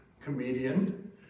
comedian